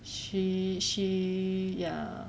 she she ya